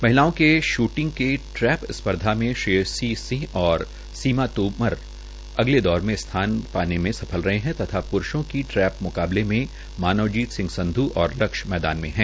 महिलाओं के शुटिंग के ट्रैप स्पर्धा में श्रेयशी सिह और सीमा तोमर अगले दौर में स्थान पाने के लिये खेल रहे है तथा प्रूषों की ट्रैप मुकाबले में मानवजीत सिंह संध् और लक्ष्य मैदान में है